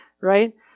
right